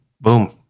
Boom